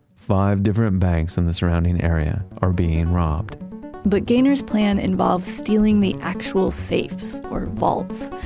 five different banks in the surrounding area are being robbed but ganer's plan involves stealing the actual safes, or vaults.